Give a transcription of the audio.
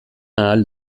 ahal